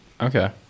okay